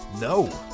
no